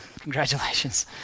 Congratulations